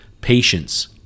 patience